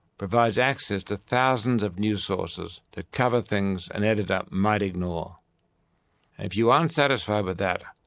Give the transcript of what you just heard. provides access to thousands of new sources that cover things an editor might ignore. and if you aren't satisfied with that,